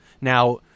Now